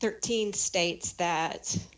thirteen states that